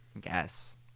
Guess